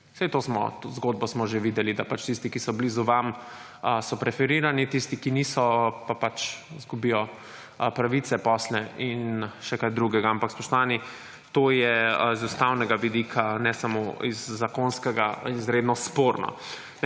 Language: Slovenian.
11.20** (Nadaljevanje) da pač tisti, ki so blizu vam so preferirani, tisti, ki niso pa pač zgubijo pravice, posle in še kaj drugega. Ampak spoštovani, to je z ustavnega vidika, ne samo iz zakonskega izredno sporno.